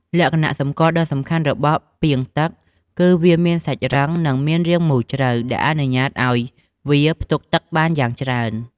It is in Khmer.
លក្ខណៈសម្គាល់ដ៏សំខាន់របស់ពាងទឹក គឺវាមានសាច់រឹង និងមានរាងមូលជ្រៅ ដែលអនុញ្ញាតឲ្យវាផ្ទុកទឹកបានយ៉ាងច្រើន។